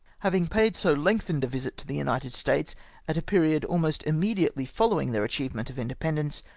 having paid so lengthened a visit to the united states at a period almost immediately following their achievement of independence,